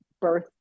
birth